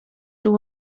czuł